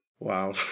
Wow